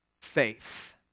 faith